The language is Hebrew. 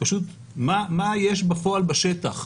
מה יש בפועל בשטח.